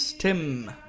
Tim